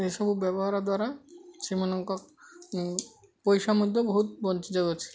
ଏସବୁ ବ୍ୟବହାର ଦ୍ୱାରା ସେମାନଙ୍କ ପଇସା ମଧ୍ୟ ବହୁତ ବଞ୍ଚିଯାଉ ଅଛି